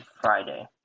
Friday